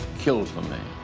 kills the man.